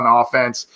offense